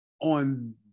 on